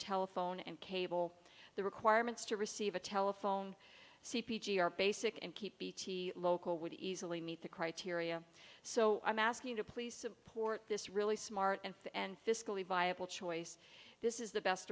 telephone and cable the requirements to receive a telephone c p g are basic and keep local would easily meet the criteria so i'm asking to please support this really smart and fit and fiscally viable choice this is the best